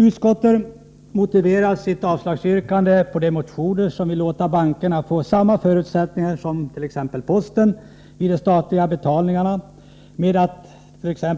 Utskottet motiverar sitt yrkande om avslag på de motioner som vill låta bankerna få samma förutsättningar i samband med de statliga betalningarna som postverket bl.a. med